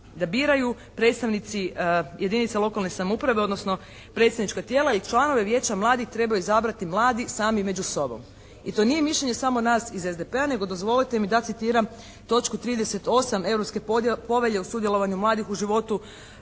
da biraju predstavnici jedinica lokalne samouprave odnosno predstavnička tijela. Članove vijeća mladih trebaju izabrati mladi sami među sobom i to nije mišljenje samo nas iz SDP-a nego dozvolite mi da citiram točku 38. Europske povelje o sudjelovanju mladih u životu